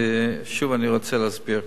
שוב אני רוצה להסביר.